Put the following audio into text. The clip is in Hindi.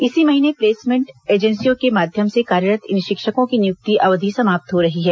इसी महीने प्लेसमेंट एजेंसी के माध्यम से कार्यरत् इन शिक्षकों की नियुक्ति अवधि समाप्त हो रही है